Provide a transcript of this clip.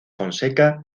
fonseca